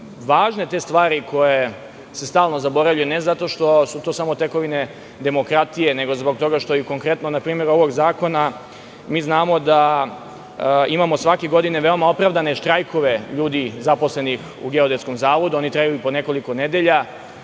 važne te stvari koje se stalno zaboravljaju, ne zato što su to samo tekovine demokratije, nego zbog toga što i konkretno, na primer, znamo da imamo svake godine veoma opravdane štrajkove ljudi zaposlenih u Geodetskom zavodu, koji traju i po nekoliko nedelja.